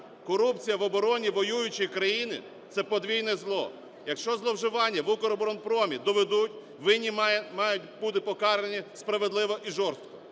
Корупція в обороні воюючої країни – це подвійне зло. Якщо зловживання в "Укроборонпромі" доведуть, винні мають бути покарані справедливо і жорстко.